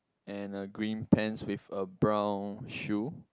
and a green pants with a brown shoe